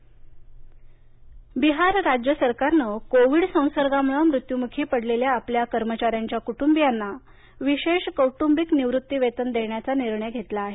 बिहार बिहार राज्य सरकारनं कोविड संसर्गामुळे मृत्युमुखी पडलेल्या आपल्या कर्मचाऱ्यांच्या कुटुंबीयांना विशेष कौटुंबिक निवृत्तीवेतन देण्याचा निर्णय घेतला आहे